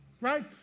right